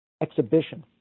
exhibition